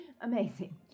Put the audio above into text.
Amazing